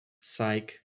Psych